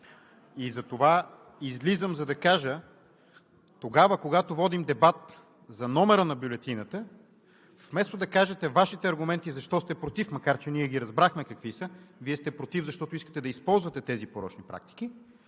И затова излизам, за да кажа – тогава, когато водим дебат за номера на бюлетината, вместо да кажете Вашите аргументи защо сте против, макар че ние ги разбрахме какви са – Вие сте против, защото искате да използвате тези порочни практики,